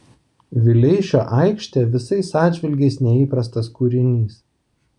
vileišio aikštė visais atžvilgiais neįprastas kūrinys